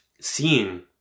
seeing